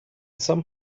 some